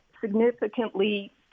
significantly